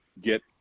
get